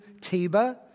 TIBA